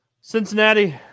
Cincinnati